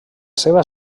seva